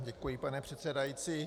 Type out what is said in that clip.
Děkuji, pane předsedající.